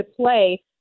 play